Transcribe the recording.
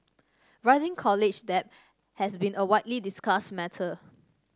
rising college debt has been a widely discussed matter